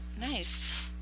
Nice